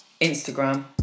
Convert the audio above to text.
Instagram